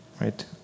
Right